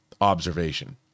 observation